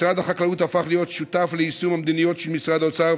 משרד החקלאות הפך להיות שותף ליישום המדיניות של משרד האוצר,